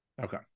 okay